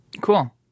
cool